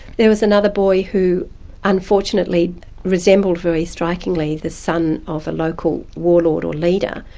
there was another boy who unfortunately resembled very strikingly the son of a local warlord or leader,